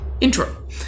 Intro